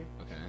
Okay